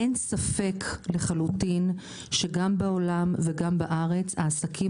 אין ספק לחלוטין שגם בעולם וגם בארץ העסקים